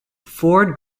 ford